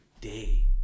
day